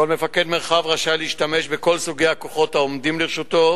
כל מפקד מרחב רשאי להשתמש בכל סוגי הכוחות העומדים לרשותו